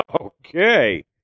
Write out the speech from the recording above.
Okay